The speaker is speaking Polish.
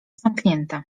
zamknięte